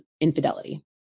infidelity